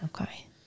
Okay